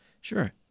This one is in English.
Sure